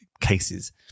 cases